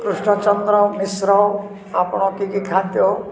କୃଷ୍ଣଚନ୍ଦ୍ର ମିଶ୍ର ଆପଣ କି କି ଖାଦ୍ୟ